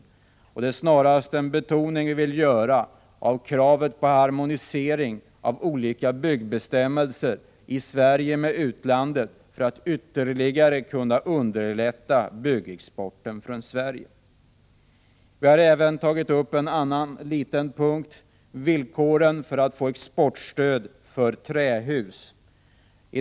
Vi moderater vill snarast göra en betoning av kravet på en harmonisering av olika byggbestämmelser i Sverige med utlandet, för att ytterligare kunna underlätta byggexporten från Sverige. Vi har också tagit upp en annan punkt, villkoren för att få exportstöd för trähus.